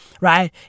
right